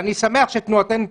ואני שמח שתנועתנו,